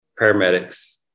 paramedics